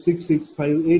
96579 p